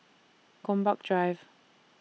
Gombak Drive